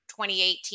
2018